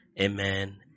Amen